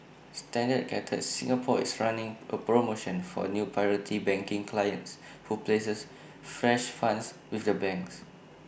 standard chartered Singapore is running A promotion for new priority banking clients who places fresh funds with the banks